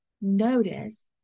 notice